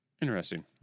Interesting